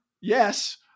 yes